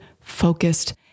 focused